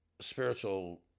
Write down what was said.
spiritual